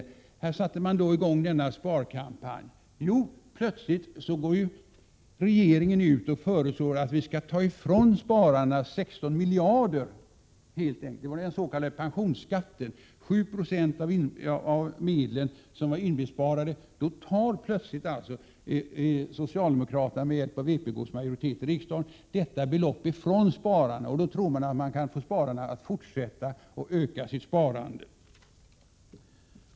Efter det att man hade satt i gång denna sparkampanj gick regeringen ut och föreslog att spararna skulle fråntas 16 miljarder kronor. Det gällde den s.k. pensionsskatten. Socialdemokraterna med hjälp av vpk tog alltså ifrån spararna 7 9o av de inbesparade medlen. Ändå trodde de att de skulle förmå människor att öka sitt sparande.